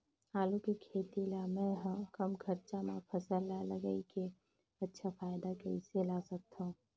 आलू के खेती ला मै ह कम खरचा मा फसल ला लगई के अच्छा फायदा कइसे ला सकथव?